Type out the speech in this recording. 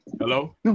Hello